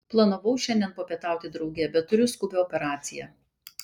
planavau šiandien papietauti drauge bet turiu skubią operaciją